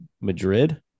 Madrid